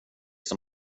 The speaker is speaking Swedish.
som